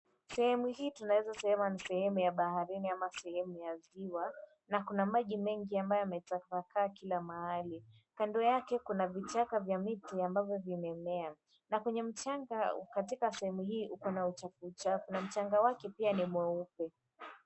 Sehemu hii tunaeza sema ni sehemu ya bahari au sehemu ya ziwa, na Kuna maji mengi ambayo yametapakaa kila mahali. Kando yake kuna vichaka vya miti ambavyo vimemea. Na kwenye mchanga katika sehemu hii uko na uchafu uchafu na mchanga wake pia ni mweupe.